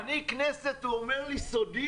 אני כנסת, והוא אומר לי סודי?